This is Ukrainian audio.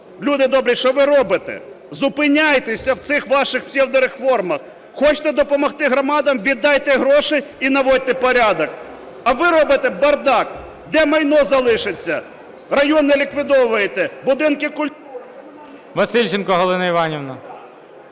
Люди добрі, що ви робите?! Зупиняйтеся в цих ваших псевдореформах. Хочете допомогти громадам – віддайте гроші і наводьте порядок, а ви робите бардак. Де майно залишиться? Райони ліквідовуєте, будинки культури...